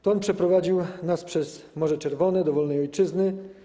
To on przeprowadził nas przez Morze Czerwone do wolnej ojczyzny.